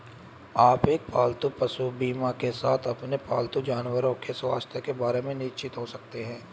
आप एक पालतू पशु बीमा के साथ अपने पालतू जानवरों के स्वास्थ्य के बारे में निश्चिंत हो सकते हैं